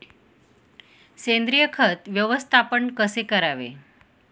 सेंद्रिय खत व्यवस्थापन कसे करावे?